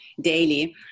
daily